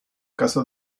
caso